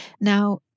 Now